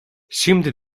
şimdi